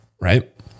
right